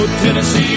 Tennessee